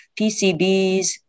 PCBs